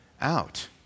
out